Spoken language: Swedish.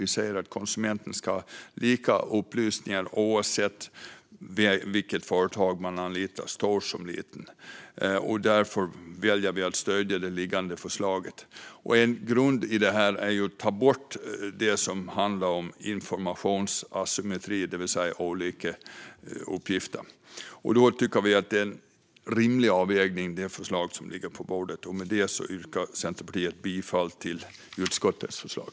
Vi säger att konsumenterna ska ha lika upplysningar oavsett vilket företag de anlitar, stort som litet. Därför väljer vi att stödja det liggande förslaget. En grund är att ta bort det som handlar om informationsasymmetri, det vill säga olika uppgifter, och där tycker vi att det förslag som ligger på bordet har en rimlig avvägning. Med det yrkar jag för Centerpartiets räkning bifall till utskottets förslag.